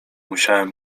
musiałem